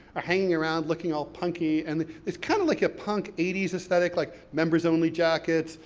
are hanging around looking all punky. and it's kind of like a punk eighty s aesthetic, like, members only jackets,